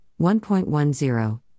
1.10